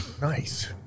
nice